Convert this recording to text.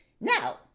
Now